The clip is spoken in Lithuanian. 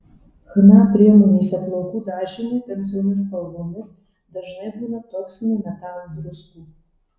chna priemonėse plaukų dažymui tamsiomis spalvomis dažnai būna toksinių metalų druskų